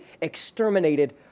exterminated